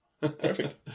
Perfect